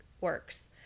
works